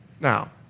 Now